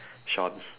Shawn